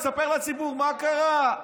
אספר לציבור מה קרה.